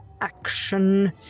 action